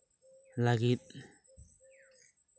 ᱞᱟᱹᱜᱤᱫ